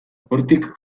hortik